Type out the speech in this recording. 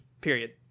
period